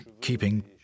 keeping